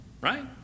right